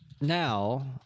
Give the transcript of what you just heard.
now